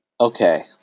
okay